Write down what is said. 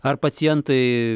ar pacientai